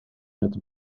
het